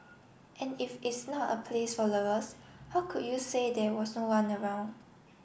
and if it's not a place for lovers how could you say there was no one around